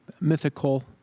mythical